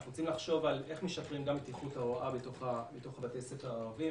אנחנו צריכים לחשוב איך משפרים את איכות ההוראה בתוך בתי הספר הערביים.